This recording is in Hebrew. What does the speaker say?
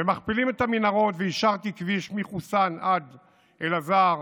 מכפילים את המנהרות, ואישרתי כביש מחוסאן עד אלעזר